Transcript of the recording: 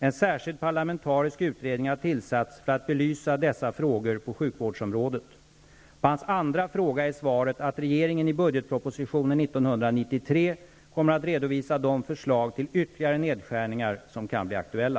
En särskild parlamentarisk utredning har tillsatts för att belysa dessa frågor på sjukvårdsområdet. På hans andra fråga är svaret att regeringen i budgetpropositionen 1993 kommer att redovisa de förslag till ytterligare nedskärningar som kan bli aktuella.